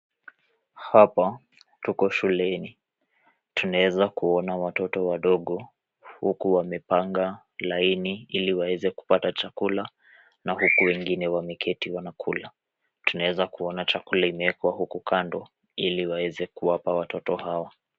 Hapa tuko shuleni. Tunaweza kuona watoto wadogo huku wamepanga laini ili kuweza kupata chakula huku wengine wameketi wanakula. Tunaweza kuona chakula imewekwa huku kando ili waweze kuwapa watoto hawa.